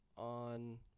on